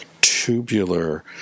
tubular